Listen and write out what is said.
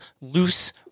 loose